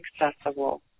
accessible